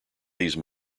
these